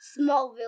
Smallville